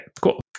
cool